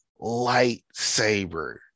lightsaber